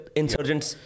insurgents